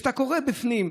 כשאתה קורא בפנים,